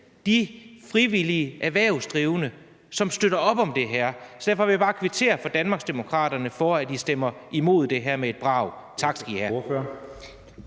de frivillige erhvervsdrivende, som støtter op om det her. Så derfor vil jeg bare kvittere over for Danmarksdemokraterne for at stemme imod det her med et brag. Tak skal I have.